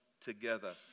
together